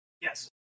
Yes